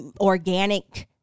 organic